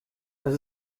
das